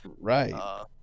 Right